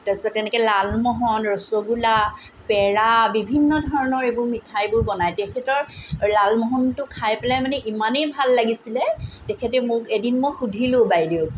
তাৰপিছত এনেকৈ লালমহন ৰসগোল্লা পেৰা বিভিন্ন ধৰণৰ এইবোৰ মিঠাইবোৰ বনায় তেখেতৰ লালমোহনটো খাই পেলাই মানে ইমানেই ভাল লাগিছিলে তেখেতে এদিন মোক মই সুধিলোঁ বাইদেউক